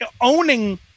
Owning